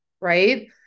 right